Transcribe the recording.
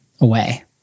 away